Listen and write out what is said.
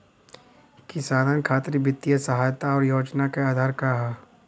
किसानन खातिर वित्तीय सहायता और योजना क आधार का ह?